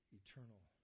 eternal